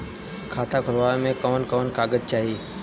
खाता खोलवावे में कवन कवन कागज चाही?